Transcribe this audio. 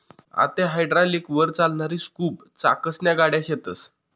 आते हायड्रालिकलवर चालणारी स्कूप चाकसन्या गाड्या शेतस